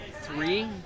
three